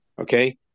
Okay